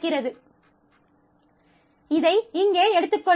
ஐப் பார்க்கவும் இதை இங்கே எடுத்துக்கொள்வோம்